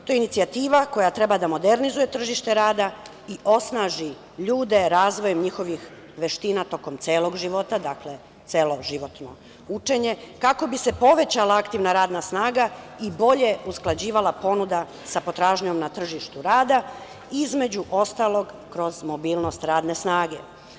To je inicijativa koja treba da modernizuje tržište rada i osnaži ljude razvojem njihovim veština tokom celog života, dakle, celoživotno učenje, kako bi se povećala aktivna radna snaga i bolje usklađivala ponuda sa potražnjom na tržištu rada, između ostalog, kroz mobilnost radne snage.